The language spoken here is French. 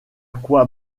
quoi